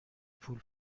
پول